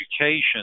education